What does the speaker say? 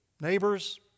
neighbors